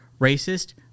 racist